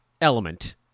element